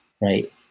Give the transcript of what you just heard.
right